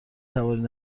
توانید